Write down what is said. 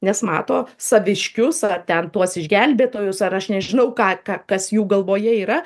nes mato saviškius ar ten tuos išgelbėtojus ar aš nežinau ką ką kas jų galvoje yra